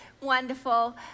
wonderful